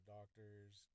doctors